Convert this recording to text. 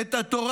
את התורה.